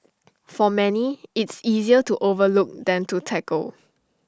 for many it's easier to overlook than to tackle